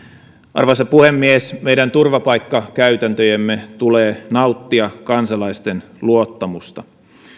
arvoisa puhemies meidän turvapaikkakäytäntöjemme tulee nauttia kansalaisten luottamusta